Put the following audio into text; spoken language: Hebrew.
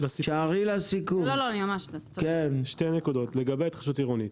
שתי נקודות: לגבי התחדשות עירונית